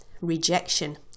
rejection